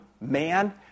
man